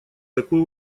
такую